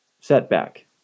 setback